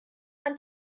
and